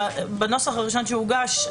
בנוסח הראשון שהוגש,